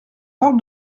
parle